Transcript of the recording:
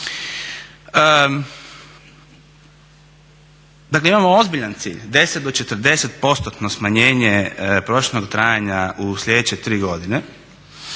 Dakle, imamo ozbiljan cilj. 10 do 40%-no smanjenje prosječnog trajanja u sljedeće 3 godine.